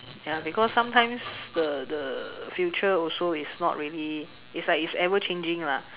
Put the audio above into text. ya because sometimes the the future also is not really it's like it's ever changing lah